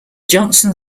johnson